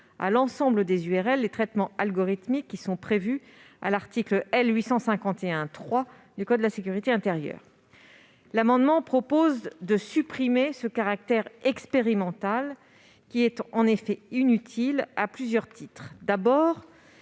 à l'ensemble des URL, les traitements algorithmiques prévus à l'article L. 851-3 du code de la sécurité intérieure. Le présent amendement a pour objet de supprimer ce caractère expérimental, qui est inutile à plusieurs titres.